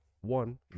One